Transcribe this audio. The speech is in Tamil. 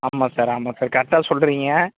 ஆமாம் சார் ஆமாம் சார் கரெக்டாக சொல்றீங்க